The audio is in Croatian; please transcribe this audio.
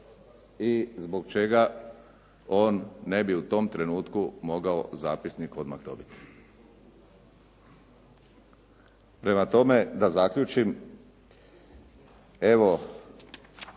i zbog čega on ne bi u tom trenutku mogao zapisnik odmah dobiti. Prema tome, da zaključim. Evo